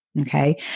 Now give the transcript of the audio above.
Okay